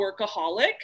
workaholic